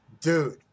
dude